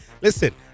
Listen